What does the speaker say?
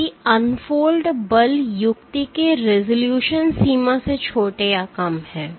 यदि अनफोल्ड बल युक्ति के रिज़ॉल्यूशन सीमा से छोटे या कम है